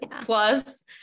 plus